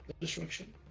destruction